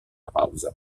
pausa